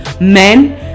men